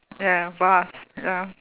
ya vast ya